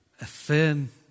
affirm